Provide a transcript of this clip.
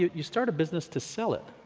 you you start a business to sell it.